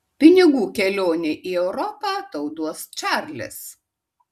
pinigų kelionei į europą tau duos čarlis